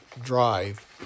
drive